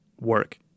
work